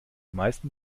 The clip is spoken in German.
meisten